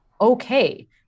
okay